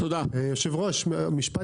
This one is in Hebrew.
חבר הכנסת